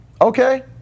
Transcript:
okay